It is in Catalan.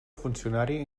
funcionari